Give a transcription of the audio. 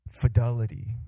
fidelity